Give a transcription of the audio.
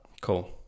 Cool